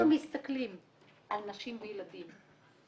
-- אנחנו מסתכלים על נשים וילדים.